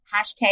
hashtag